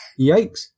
Yikes